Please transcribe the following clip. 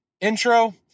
intro